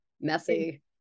messy